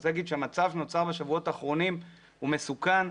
אני רוצה לומר שהמצב שנוצר בשבועות האחרונים הוא מסוכן.